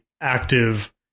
active